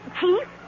Chief